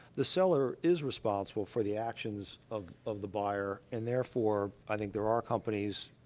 the seller is responsible for the actions of of the buyer, and therefore, i think, there are companies,